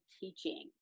teaching